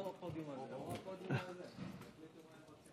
תודה רבה.